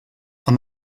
amb